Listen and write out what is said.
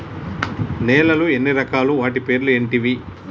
నేలలు ఎన్ని రకాలు? వాటి పేర్లు ఏంటివి?